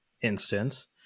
instance